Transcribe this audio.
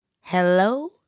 Hello